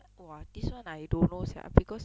!wah! this [one] I don't know sia because